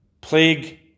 plague